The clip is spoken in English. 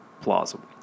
plausible